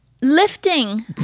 lifting